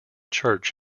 church